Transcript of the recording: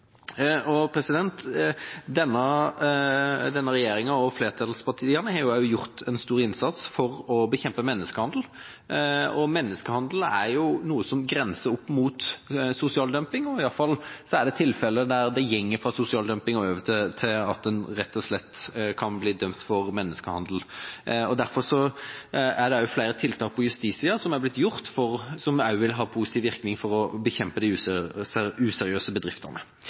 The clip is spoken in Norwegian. Denne regjeringa og flertallspartiene har også gjort en stor innsats for å bekjempe menneskehandel. Menneskehandel er noe som grenser opp mot sosial dumping, iallfall er det tilfeller der det går fra sosial dumping og over til at en rett og slett kan bli dømt for menneskehandel. Derfor er det satt i verk flere tiltak på justissida som også vil ha positiv virkning for å bekjempe de useriøse bedriftene.